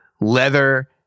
leather